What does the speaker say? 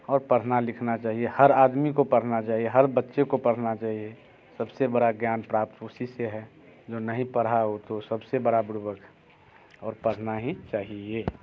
और पढ़ना लिखना चाहिए हर आदमी को पढ़ना चाहिए हर बच्चे को पढ़ना चाहिए सबसे बड़ा ज्ञान प्राप्त उसी से है जो नहीं पढ़ा हो तो सबसे बड़ा बुड़बक है और पढ़ना ही चाहिए